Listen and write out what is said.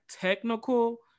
technical